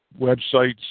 websites